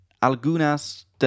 algunas